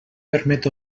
permet